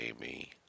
Amy